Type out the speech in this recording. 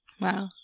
Wow